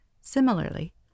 Similarly